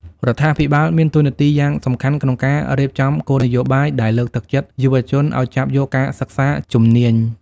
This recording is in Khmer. រដ្ឋាភិបាលមានតួនាទីយ៉ាងសំខាន់ក្នុងការរៀបចំគោលនយោបាយដែលលើកទឹកចិត្តយុវជនឱ្យចាប់យកការសិក្សាជំនាញ។